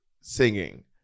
singing